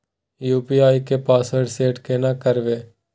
UPI के password set केना करबे?